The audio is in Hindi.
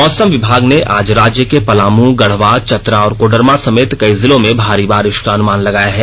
मौसम विभाग ने आज राज्य के पलामू गढ़वा चतरा और कोडरमा समेत कई जिलों में भारी बारिष का अनुमान लगाया है